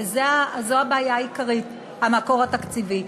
כי זו הבעיה העיקרית: המקור התקציבי.